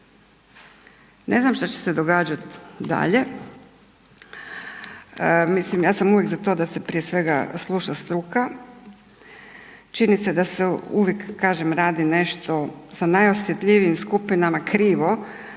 Ne znam šta će se događati dalje. Mislim ja sam uvijek za to da se prije svega sluša struka. Čini se da se uvijek kažem radi nešto sa najosjetljivijim skupinama krivo,